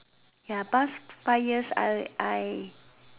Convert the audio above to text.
ya past five years I will I